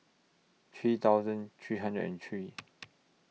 three thousand three hundred and three